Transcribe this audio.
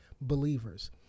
believers